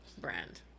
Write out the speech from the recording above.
brand